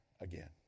again